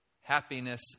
happiness